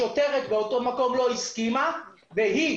השוטרת באותו מקום לא הסכימה והיא